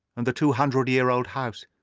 and the two-hundred-year-old house,